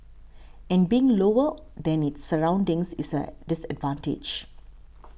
and being lower than its surroundings is a disadvantage